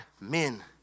men